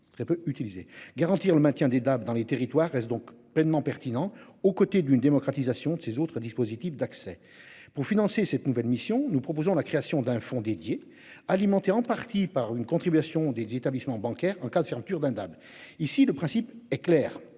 très peu utilisé, garantir le maintien des dates dans les territoires reste donc pleinement pertinents aux côtés d'une démocratisation de ses autres dispositifs d'accès pour financer cette nouvelle mission. Nous proposons la création d'un fonds dédié alimenté en partie par une contribution des établissements bancaires en cas de fermeture d'un. Ici, le principe est clair,